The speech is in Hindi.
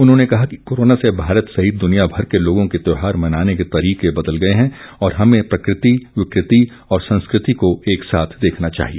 उन्होंने कहा कि कोरोना ने भारत सहित दुनिया भर के लोगों के त्यौहार मनाने के तरीके बदल दिए हैं और हमें प्रकृति विकृति और संस्कृति को एक साथ देखना चाहिए